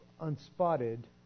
unspotted